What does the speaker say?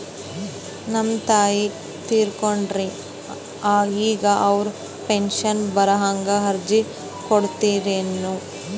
ನಮ್ ತಾಯಿ ತೀರಕೊಂಡಾರ್ರಿ ಈಗ ಅವ್ರ ಪೆಂಶನ್ ಬರಹಂಗ ಅರ್ಜಿ ಕೊಡತೀರೆನು?